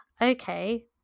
okay